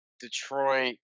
Detroit